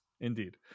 Indeed